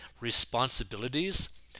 responsibilities